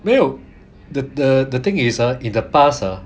没有 the the thing is ah in the past ah